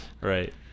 Right